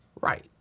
Right